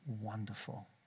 wonderful